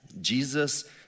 Jesus